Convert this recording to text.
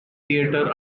theater